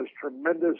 tremendous